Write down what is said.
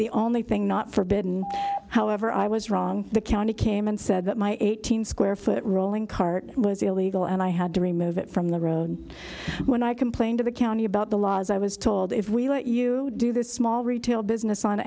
the only thing not forbidden however i was wrong the county came and said that my eight hundred square foot rolling cart was illegal and i had to remove but from the road when i complained to the county about the laws i was told if we let you do this small retail business on